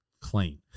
clean